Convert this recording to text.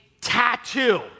tattoo